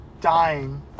dying